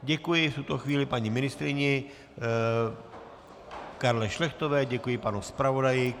Děkuji v tuto chvíli paní ministryni Karle Šlechtové, děkuji panu zpravodaji.